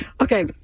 Okay